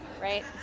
right